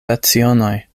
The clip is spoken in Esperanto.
lecionoj